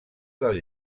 del